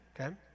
okay